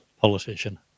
politician